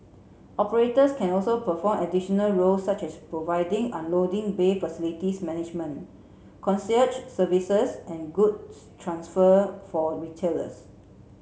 operators can also perform additional roles such as providing unloading bay facilities management concierge services and goods transfer for retailers